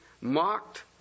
mocked